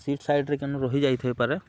seat ସାଇଡ଼୍ରେ କେନୁ ରହିଯାଇ ଥାଇପାରେ